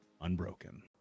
unbroken